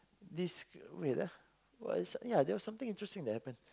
this wait lah ya there was something interesting the other time